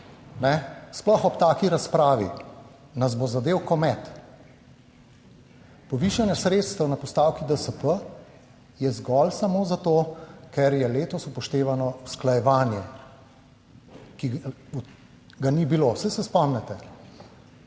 sploh ob taki razpravi nas bo zadel komet. Povišanje sredstev na postavki DSP je zgolj samo zato, ker je letos upoštevano usklajevanje, ki ga ni bilo, saj se spomnite.